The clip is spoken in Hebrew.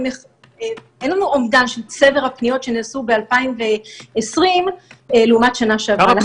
אין לנו אומדן של צבר הפניות שנעשו ב-2020 לעומת שנה שעברה.